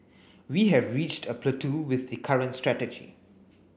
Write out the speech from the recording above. we have reached a plateau with the current strategy